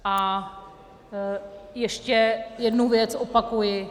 A ještě jednu věc opakuji.